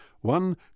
One